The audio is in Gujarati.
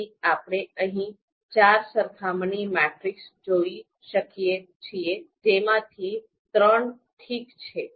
તેથી આપણે અહીં ચાર સરખામણી મેટ્રિસીસ જોઈ શકીએ છીએ જેમાં થી ત્રણ ઠીક છે